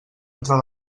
entrar